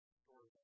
story